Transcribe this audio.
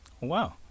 wow